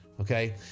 okay